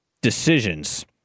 decisions